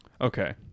Okay